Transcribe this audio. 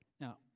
Now